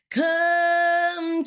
come